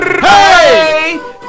Hey